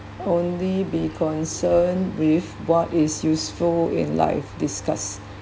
only be concerned with what is useful in life discuss